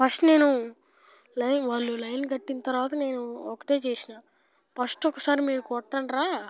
first నేను line వాళ్ళు line కట్టిన తర్వాత నేను ఒక్కటే చేసినా ఫస్ట్ ఒకసారి మీరు కొట్టండిరా